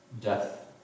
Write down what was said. death